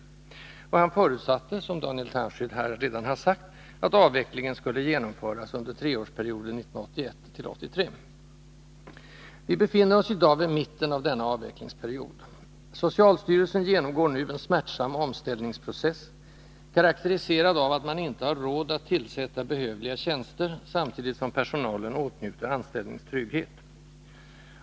Han förutsatte, som Daniel Tarschys här redan har sagt, att avvecklingen skulle genomföras under treårsperioden 1981-1983. ö Vi befinner oss i dag vid mitten av denna avvecklingsperiod. Socialstyrelsen genomgår nu en smärtsam omställningsprocess, karakteriserad av att man inte har råd att tillsätta behövliga tjänster, samtidigt som personalen åtnjuter anställningstrygghet.